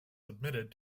submitted